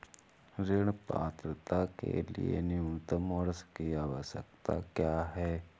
ऋण पात्रता के लिए न्यूनतम वर्ष की आवश्यकता क्या है?